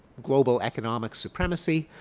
global economic supremacy.